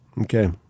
Okay